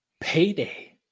Payday